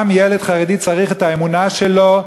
גם ילד חרדי צריך את האמונה שלו,